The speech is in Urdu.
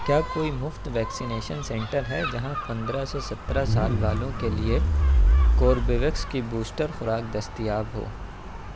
کیا کوئی مفت ویکسینیشن سنٹر ہے جہاں پندرہ سے سترہ سال والوں کے لیے کوربیویکس کی بوسٹر خوراک دستیاب ہو